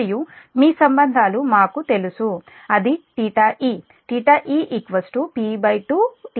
మరియు మీ సంబంధాలు మాకు తెలుసు అది θe θe P2 θm